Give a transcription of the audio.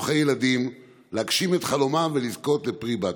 חשוכי ילדים להגשים את חלומם ולזכות לפרי בטן.